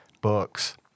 books